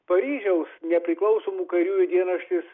paryžiaus nepriklausomų kairiųjų dienraštis